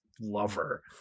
lover